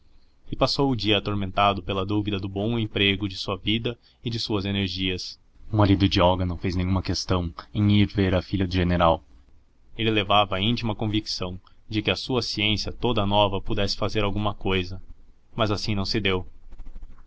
e passou o dia atormentado pela dúvida do bom emprego de sua vida e de suas energias o marido de olga não fez nenhuma questão em ir ver a filha do general ele levava a íntima convicção de que a sua ciência toda nova pudesse fazer alguma cousa mas assim não se deu